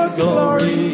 glory